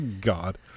God